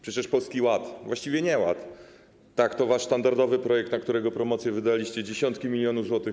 Przecież Polski Ład, właściwie nieład, to wasz sztandarowy projekt, na którego promocję wydaliście dziesiątki milionów złotych.